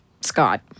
Scott